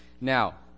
Now